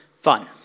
fun